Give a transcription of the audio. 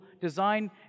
design